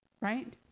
right